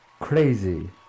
crazy